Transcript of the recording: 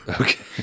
Okay